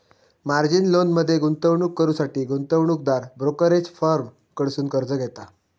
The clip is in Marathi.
मार्जिन लोनमध्ये गुंतवणूक करुसाठी गुंतवणूकदार ब्रोकरेज फर्म कडसुन कर्ज घेता